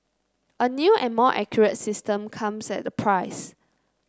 a new and more accurate system comes at a price